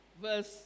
verse